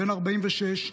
בן 46,